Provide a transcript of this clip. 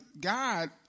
God